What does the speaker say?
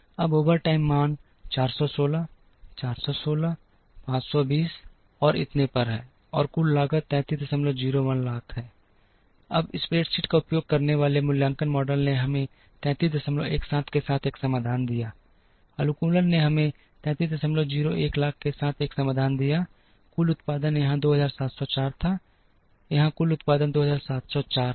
अब ओवरटाइम मान 416 416 520 और इतने पर हैं और कुल लागत 3301 लाख है अब स्प्रेडशीट का उपयोग करने वाले मूल्यांकन मॉडल ने हमें 3317 के साथ एक समाधान दिया अनुकूलन ने हमें 3301 लाख के साथ एक समाधान दिया कुल उत्पादन यहां 2704 था यहां कुल उत्पादन 2704 है